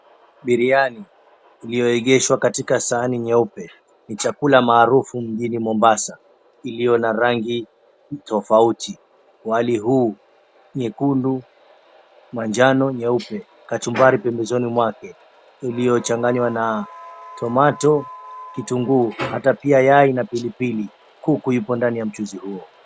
Biriyani iliyoegeshwa katika sahani nyeupe ni chakula maarufu mjini Mombasa iliyo na rangi tofauti. Wali huu nyekundu, manjano, nyeupe, kachumbari pembezoni mwake iliyochanganywa na tomato, kitungu na hata pia yai na pilipili kuku iko ndani ya mchuzi huo.